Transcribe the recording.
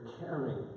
caring